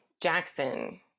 jackson